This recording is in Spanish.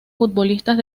futbolistas